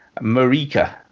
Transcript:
Marika